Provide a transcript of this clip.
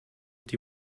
die